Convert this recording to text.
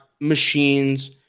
machines